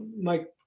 Mike